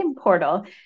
portal